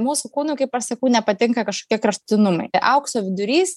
mūsų kūnui kaip aš sakau nepatinka kažkokie kraštutinumai aukso vidurys